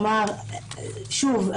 שוב,